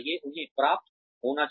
उन्हें प्राप्त होना चाहिए